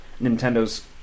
Nintendo's